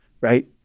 right